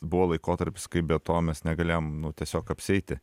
buvo laikotarpis kai be to mes negalėjom nu tiesiog apsieiti